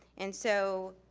and so,